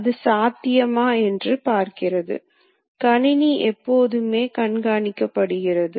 பொதுவாக துளையிடுதலில் பயன்படுத்தப்படுகிறது